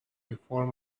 before